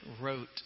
wrote